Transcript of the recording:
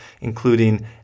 including